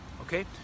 Okay